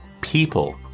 people